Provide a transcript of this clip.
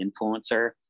influencer